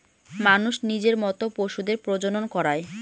মানুষ নিজের মত পশুদের প্রজনন করায়